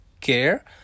care